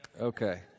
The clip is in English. Okay